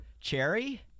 Cherry